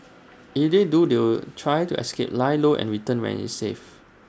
if they do they'll try to escape lie low and return when IT is safe